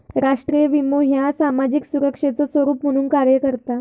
राष्ट्रीय विमो ह्यो सामाजिक सुरक्षेचो स्वरूप म्हणून कार्य करता